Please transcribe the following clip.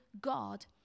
God